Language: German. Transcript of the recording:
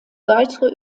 weitere